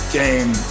game